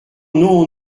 non